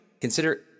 Consider